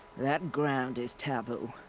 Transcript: that ground is taboo.